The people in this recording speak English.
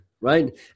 right